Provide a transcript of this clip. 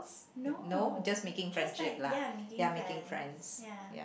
no just like ya I'm making friends ya